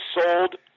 sold –